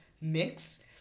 mix